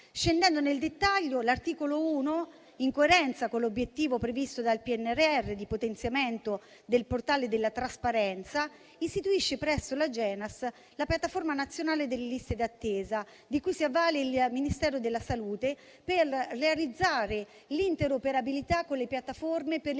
Scendendo nel dettaglio, l'articolo 1, in coerenza con l'obiettivo previsto dal PNRR di potenziamento del portale della trasparenza, istituisce presso l'Agenas la piattaforma nazionale delle liste d'attesa di cui si avvale il Ministero della salute per realizzare l'interoperabilità con le piattaforme per le liste di attesa